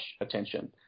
attention